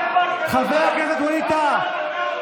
חבר הכנסת ווליד טאהא,